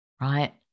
right